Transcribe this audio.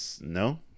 No